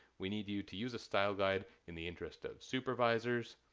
we need you to use a style guide in the interest of supervisors,